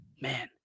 Man